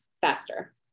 faster